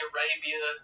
Arabia